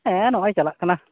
ᱦᱮᱸ ᱱᱚᱜᱼᱚᱭ ᱪᱟᱞᱟᱜ ᱠᱟᱱᱟ